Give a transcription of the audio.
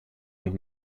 und